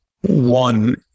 One